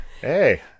hey